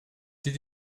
dit